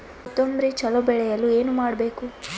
ಕೊತೊಂಬ್ರಿ ಚಲೋ ಬೆಳೆಯಲು ಏನ್ ಮಾಡ್ಬೇಕು?